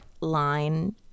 line